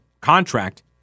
contract